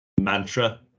mantra